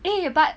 eh but